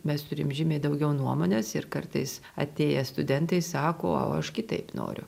mes turim žymiai daugiau nuomonės ir kartais atėję studentai sako o aš kitaip noriu